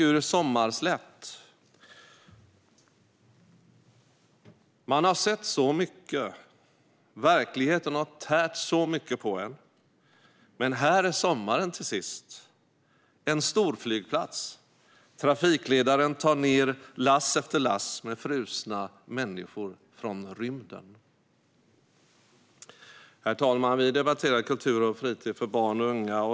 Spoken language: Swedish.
Ur Sommarslätt : Man har sett så mycket. Verkligheten har tärt så mycket på en, men här är sommaren till sist: en storflygplats - trafikledaren tar nerlass efter lass med frusnamänniskor från rymden. Herr talman! Vi debatterar kultur och fritid för barn och unga.